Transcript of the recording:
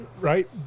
right